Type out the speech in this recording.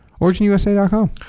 OriginUSA.com